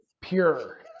Pure